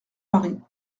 marie